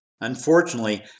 Unfortunately